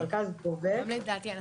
גם לדעתי.